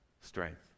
strength